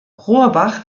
rohrbach